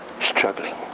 Struggling